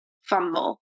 fumble